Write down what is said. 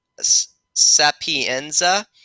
Sapienza